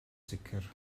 sicr